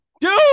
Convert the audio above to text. Dude